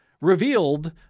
revealed